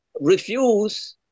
refuse